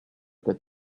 that